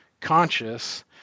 conscious